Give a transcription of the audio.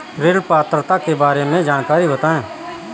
ऋण पात्रता के बारे में जानकारी बताएँ?